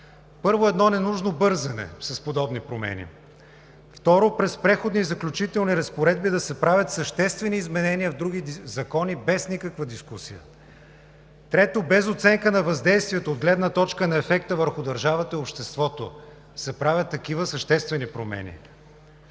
Първо, едно ненужно бързане с подобни промени. Второ, през Преходни и заключителни разпоредби да се правят съществени изменения в други закони, без никаква дискусия. Трето, без оценка на въздействието от гледна точка на ефекта върху държавата и обществото се правят такива съществени промени.